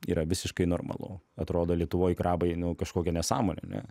yra visiškai normalu atrodo lietuvoj krabai nu kažkokia nesąmonė ne